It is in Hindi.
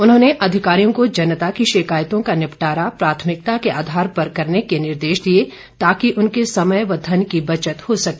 उन्होंने अधिकारियों को जनता की शिकायतों का निपटारा प्राथमिकता के आधार पर करने के निर्देश दिए ताकि उनके समय व धन की बचत हो सके